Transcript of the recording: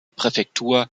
präfektur